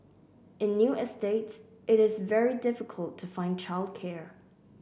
in new estates it is very difficult to find childcare